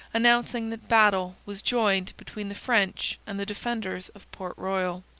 announcing that battle was joined between the french and the defenders of port royal.